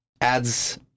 adds